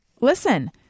listen